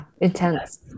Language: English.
intense